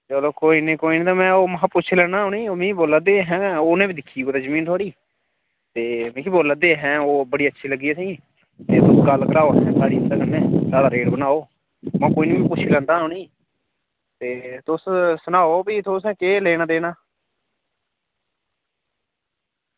चलो कोई निं कोई निं ते में महां ओह् पुच्छी लैना हा उ'नेंई मिगी पुच्छी लैना ओह् मिगी बोला दे हे उनें बी दिक्खी दी भला जमीन थुआढ़ी ते मिगी बोला दे ऐ हें ओह् बड़ी अच्छी लग्गी असें ई ते ओह् गल्ल कराओ साढ़ी उं'दे कन्नै साढ़ा रेट बनाओ महां कोई निं पुच्छी लैगा उ'नेंई ते तुस सनाओ भी तुसें केह् लेना देना